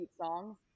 songs